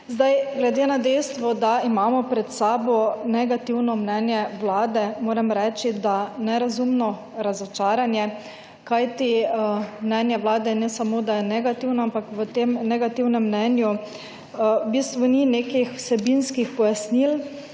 Zdaj, glede na dejstvo, da imamo pred sabo negativno mnenja vlade, moram reči, da nerazumno razočaranje, kajti mnenje vlade je ne samo, da je negativno, ampak v tem negativnem mnenju v bistvu ni nekih vsebinskih pojasnil